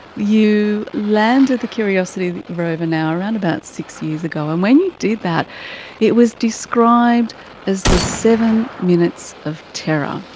you landed the curiosity rover now around about six years ago, and when you did that it was described as the seven minutes of terror.